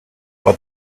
but